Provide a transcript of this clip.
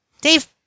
Dave